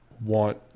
want